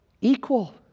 equal